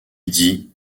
dit